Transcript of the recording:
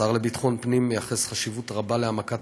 השר לביטחון הפנים מייחס חשיבות רבה להעמקת